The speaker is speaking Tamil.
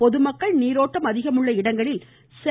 பொதுமக்கள் நீரோட்டம் அதிகம் உள்ள இடங்களில் செல்